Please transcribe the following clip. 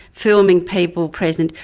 filming people present,